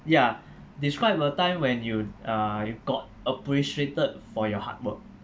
ya describe a time when you uh you got appreciated for your hard work